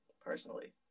Personally